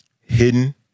hidden